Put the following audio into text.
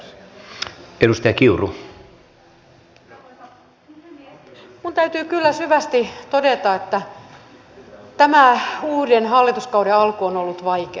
minun täytyy kyllä syvästi todeta että tämä uuden hallituskauden alku on ollut vaikea